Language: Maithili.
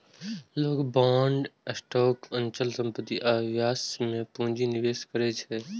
लोग बांड, स्टॉक, अचल संपत्ति आ व्यवसाय मे पूंजी निवेश करै छै